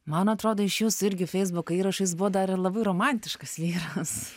man atrodo iš jūsų irgi feisbuko įrašo jisai buvo dar labai romantiškas vyras